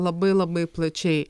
labai labai plačiai